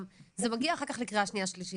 זה מגיע אחר כך לקריאה שנייה ושלישית,